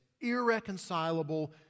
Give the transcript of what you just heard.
irreconcilable